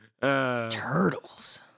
Turtles